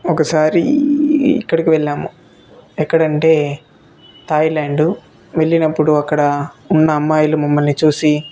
ఒకసారి ఈ ఇక్కడికి వెళ్ళాము ఎక్కడ అంటే థాయిల్యాండ్ వెళ్ళినప్పుడు అక్కడ ఉన్న అమ్మాయిలు మమ్మల్ని చూసి